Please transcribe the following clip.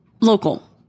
local